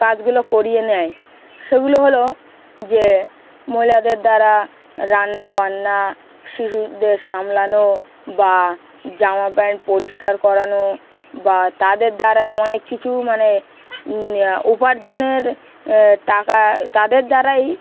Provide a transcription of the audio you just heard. কাজগুলো করিয়ে নেয় সেগুলো হলো যে মহিলাদের দ্বারা রান্না বান্না শিশুদের সামলানো বা জামা প্যান্ট পরিষ্কার করানো বা তাদের দ্বারাই অনেক কিছু মানে উপার্জনের টাকা তাদের দ্বারাই